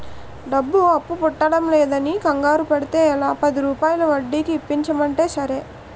డబ్బు అప్పు పుట్టడంలేదని ఇలా కంగారు పడితే ఎలా, పదిరూపాయల వడ్డీకి ఇప్పించమంటే సరే